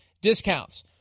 discounts